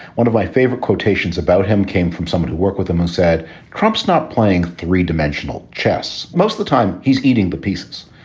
one of my favorite quotations about him came from someone who worked with him who said trump's not playing three dimensional chess. most the time he's eating the pieces.